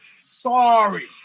Sorry